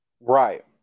Right